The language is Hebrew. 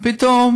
פתאום